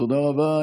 תודה רבה.